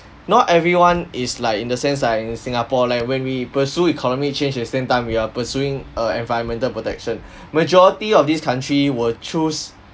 not everyone is like in the sense like in singapore like when we pursue economic change the same time we are pursuing a environmental protection majority of these country will choose